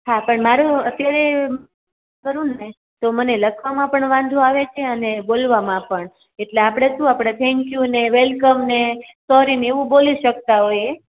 હા પણ મારું અત્યારે કરું ને તો મને લખવામાં પણ વાંધો આવે છે અને બોલવામાં પણ એટલે ને આપણે શું થેન્કયુ ને વેલકમને સોરીને એવું બોલી શકતા હોઈએ